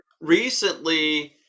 recently